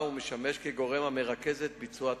ומשמש כגורם המרכז את ביצוע התוכנית,